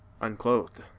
unclothed